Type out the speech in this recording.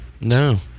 No